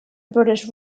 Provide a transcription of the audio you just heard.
british